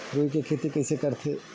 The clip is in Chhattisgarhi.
रुई के खेती कइसे करथे?